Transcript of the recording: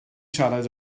siarad